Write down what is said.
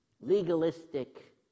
legalistic